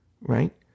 right